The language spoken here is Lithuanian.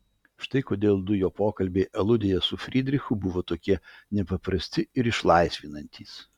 štai kodėl du jo pokalbiai aludėje su frydrichu buvo tokie nepaprasti ir išlaisvinantys